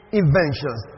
inventions